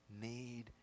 need